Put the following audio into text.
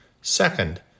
Second